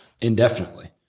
indefinitely